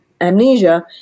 amnesia